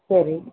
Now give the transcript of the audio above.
சரி